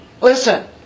listen